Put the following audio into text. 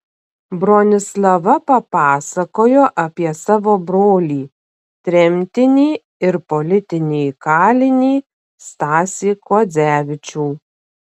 bronislava papasakojo apie savo brolį tremtinį ir politinį kalinį stasį kuodzevičių